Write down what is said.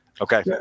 Okay